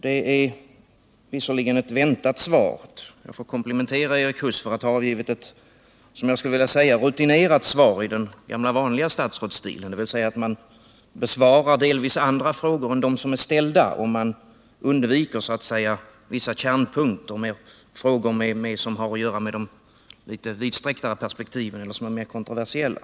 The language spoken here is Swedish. Det är visserligen ett svar som var väntat, och jag får komplimentera Erik Huss för att ha givit ett som jag skulle vilja kalla rutinerat svar i den gamla vanliga statsrådsstilen, dvs. man besvarar delvis andra frågor än dem som är ställda och man undviker vissa kärnpunkter och frågor som rör de mera vidsträckta perspektiven och som är kontroversiella.